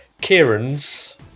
Kieran's